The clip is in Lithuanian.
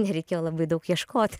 nereikėjo labai daug ieškot